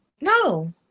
No